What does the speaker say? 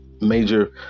major